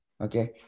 Okay